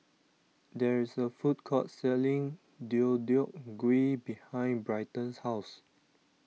there is a food court selling Deodeok Gui behind Bryton's house